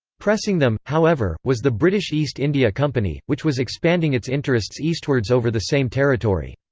pressing them, however, was the british east india company, which was expanding its interests eastwards over the same territory.